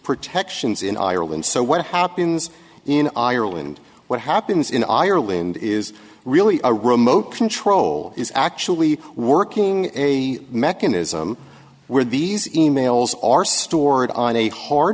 protections in ireland so what happens in ireland what happens in ireland is really a remote control is actually working a mechanism where these emails are stored on a h